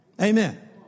Amen